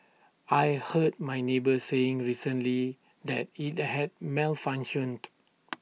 I heard my neighbour saying recently that IT had malfunctioned